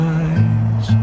eyes